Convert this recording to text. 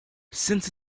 since